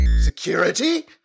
security